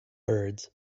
birds